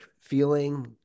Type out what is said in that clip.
feeling